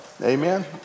Amen